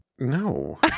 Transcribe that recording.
No